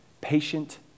patient